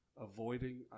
Avoiding